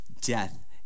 Death